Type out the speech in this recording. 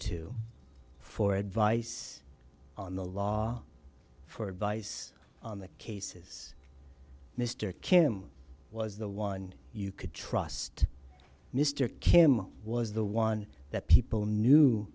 to for advice on the law for advice on the cases mr kim was the one you could trust mr kim was the one that people knew